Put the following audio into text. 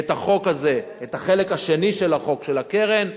את החוק הזה, את החלק השני של החוק, של הקרן.